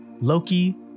Loki